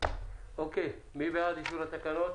מי בעד אישור התקנות?